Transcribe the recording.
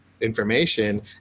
information